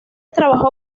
trabajó